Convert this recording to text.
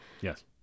Yes